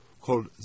called